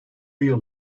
yıl